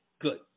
good